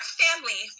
family